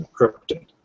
encrypted